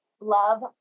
love